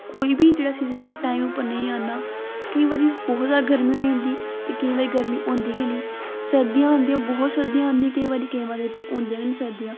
कोई बी जेह्ड़ा सीज़न ऐ इक टाईम उप्पर नेंई आंदा केंई बारी बहुत जादा गर्मी होई जंदी ते केंई बारी गर्मी होंदी गै नेंई सर्दियां आंदियां बहुत जादा सर्दियां आंदियां केंईं बारी केंईं बारी ते होंदियां गै नेंईं सर्दियां